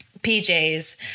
PJ's